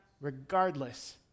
regardless